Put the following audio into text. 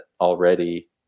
already